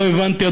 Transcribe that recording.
לא הבנתי,